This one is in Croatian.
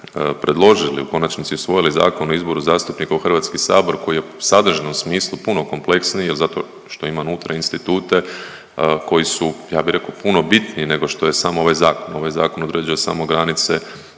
predložili u konačnici usvojili Zakon o izboru zastupnika u Hrvatski sabor koji je u sadržajnom smislu puno kompleksniji zato što ima unutra institute koji su ja bi rekao puno bitniji nego što je sam ovaj zakon. Ovaj zakon određuje samo granice